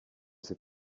ces